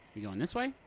going this way?